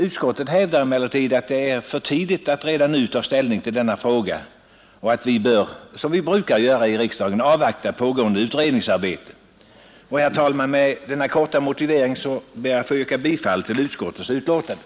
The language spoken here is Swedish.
Utskottet hävdar emellertid att det är för tidigt att redan nu ta ställning till denna fråga och att vi, som vi brukar göra i riksdagen, bör avvakta pågående utredningsarbete. Herr talman! Med denna korta motivering ber jag att få yrka bifall till utskottets hemställan.